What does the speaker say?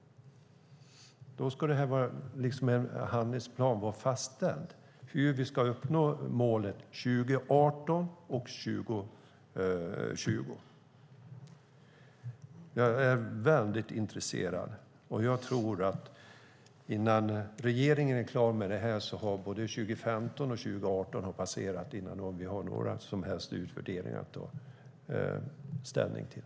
Då ska en handlingsplan vara fastställd om hur vi ska uppnå målet 2018 och 2020. Jag är väldigt intresserad. Jag tror att både 2015 och 2018 har passerat innan regeringen är klar med det här och vi har några som helst utvärderingar att ta ställning till.